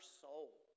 soul